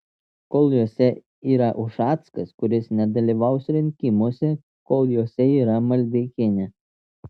kol jose yra ušackas kuris nedalyvaus rinkimuose kol juose yra maldeikienė